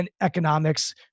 economics